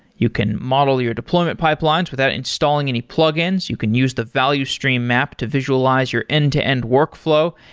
you can model your deployment pipelines without installing any plugins. you can use the value stream map to visualize your end-to-end workflow.